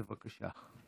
בבקשה.